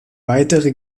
weitere